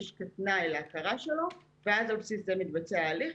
כתנאי להכרה הזו ועל בסיס זה מתבצע ההליך.